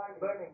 Burning